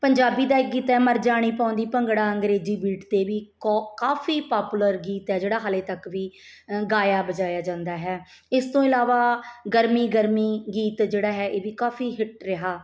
ਪੰਜਾਬੀ ਦਾ ਇੱਕ ਗੀਤ ਹੈ ਮਰਜਾਣੀ ਪਾਉਂਦੀ ਭੰਗੜਾ ਅੰਗਰੇਜ਼ੀ ਬੀਟ 'ਤੇ ਵੀ ਕੋ ਕਾਫੀ ਪਾਪੂਲਰ ਗੀਤ ਏ ਜਿਹੜਾ ਹਲੇ ਤੱਕ ਵੀ ਗਾਇਆ ਵਜਾਇਆ ਜਾਂਦਾ ਹੈ ਇਸ ਤੋਂ ਇਲਾਵਾ ਗਰਮੀ ਗਰਮੀ ਗੀਤ ਜਿਹੜਾ ਹੈ ਇਹ ਵੀ ਕਾਫ਼ੀ ਹਿੱਟ ਰਿਹਾ